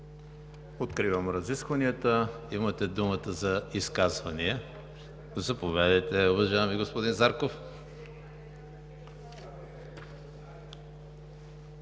Откривам разискванията. Имате думата за изказвания. Заповядайте, уважаеми господин Зарков.